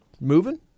moving